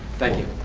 thank you.